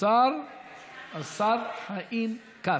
חיים כץ.